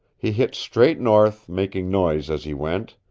he hit straight north, making noise as he went,